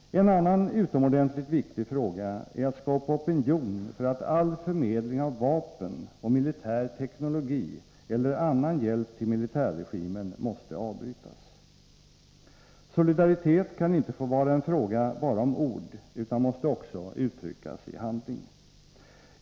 En annan utomordentligt viktig fråga är att skapa opinion för att all förmedling av vapen och militär teknologi eller annan hjälp till militärregimen måste avbrytas. Solidaritet kan inte få vara en fråga bara om ord, utan måste också uttryckas i handling.